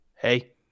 hey